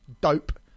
Dope